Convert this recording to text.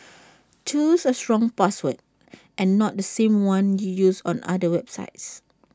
choose A strong password and not the same one you use on other websites